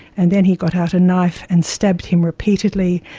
and then he got out a knife and stabbed him repeatedly,